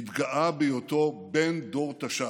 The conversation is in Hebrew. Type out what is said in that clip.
התגאה בהיותו בן דור תש"ח.